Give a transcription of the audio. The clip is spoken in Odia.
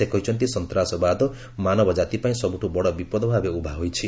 ସେ କହିଛନ୍ତି ସନ୍ତାସବାଦ ମାନବ ଜାତି ପାଇଁ ସବୁଠୁ ବଡ଼ ବିପଦ ଭାବେ ଉଭା ହୋଇଛି